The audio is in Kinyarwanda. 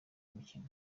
imikino